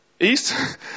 east